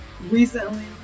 recently